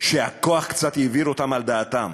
שהכוח קצת העביר אותם על דעתם.